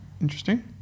interesting